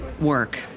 work